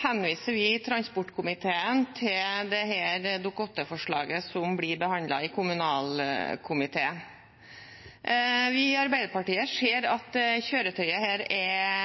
henviser vi i transportkomiteen til dette Dokument 8-forslaget som blir behandlet i kommunalkomiteen. Vi i Arbeiderpartier ser at dette kjøretøyet er fleksibelt og gjør det enkelt å komme seg raskt fram ved at det er